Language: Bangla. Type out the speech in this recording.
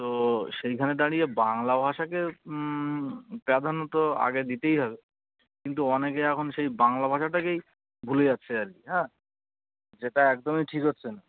তো সেইখানে দাঁড়িয়ে বাংলা ভাষাকে প্রাধান্য তো আগে দিতেই হবে কিন্তু অনেকে এখন সেই বাংলা ভাষাটাকেই ভুলে যাচ্ছে আর কি হ্যাঁ যেটা একদমই ঠিক হচ্ছে না